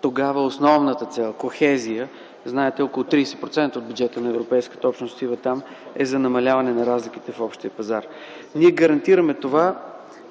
тогава основната цел – „кохезия”, знаете, около 30% от бюджетите на Европейската общност отиват там, е за намаляване на разликите в общия пазар. Ние гарантираме това